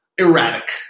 erratic